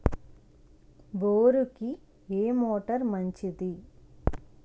బోరుకి ఏ మోటారు మంచిది?